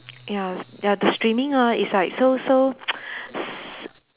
ya ya the streaming ah it's like so so s~